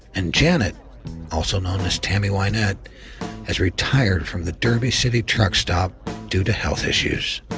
and janet also known as tammy wynette has retired from the derby city truck stop due to health issues.